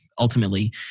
ultimately